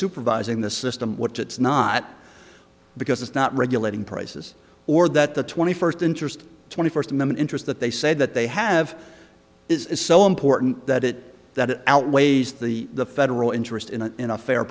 supervising the system which it's not because it's not regulating prices or that the twenty first interest twenty first and then interest that they said that they have this is so important that it that it outweighs the the federal interest in a in a fair